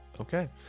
Okay